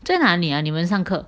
在哪里啊你们上课